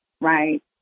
right